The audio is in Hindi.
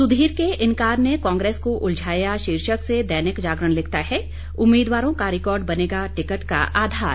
सुधीर के इन्कार ने कांग्रेस को उलझाया शीर्षक से दैनिक जागरण लिखता है उम्मीदवारों का रिकॉर्ड बनेगा टिकट का आधार